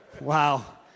Wow